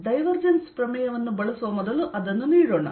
divergence ಪ್ರಮೇಯವನ್ನು ಬಳಸುವ ಮೊದಲು ಅದನ್ನು ನೀಡೋಣ